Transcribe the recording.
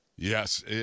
Yes